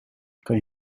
kan